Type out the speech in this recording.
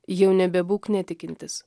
jau nebebūk netikintis